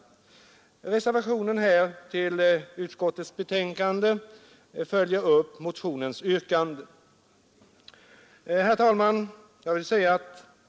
Reservationen till utskottets betänkande följer upp detta motionens yrkande. Herr talman!